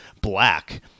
Black